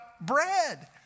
bread